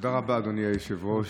תודה רבה, אדוני היושב-ראש.